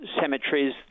cemeteries